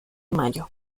mayo